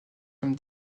comme